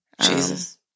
Jesus